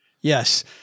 Yes